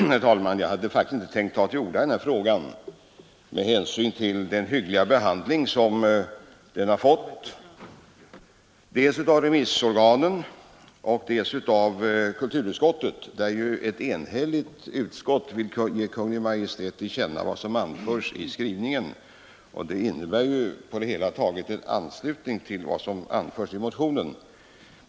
Herr talman! Jag hade faktiskt inte tänkt ta till orda i denna fråga med hänsyn till den hyggliga behandling som motionen fått dels av remissorganen, dels av kulturutskottet, som enhälligt vill ge Kungl. Maj:t till känna vad som anförs i skrivningen. Det innebär på det hela taget en anslutning till vad som anförs i motionen.